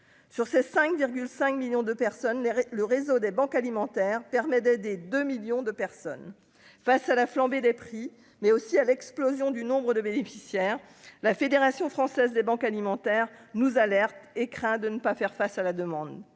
sur ces 5 5 millions de personnes les le réseau des Banques alimentaires permet d'des des 2 millions de personnes face à la flambée des prix, mais aussi à l'explosion du nombre de bénéficiaires, la Fédération française des banques alimentaires nous alerte et craint de ne pas faire face à la demande,